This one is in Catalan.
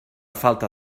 falta